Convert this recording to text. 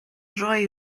roi